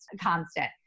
constant